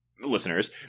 listeners